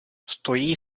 stojí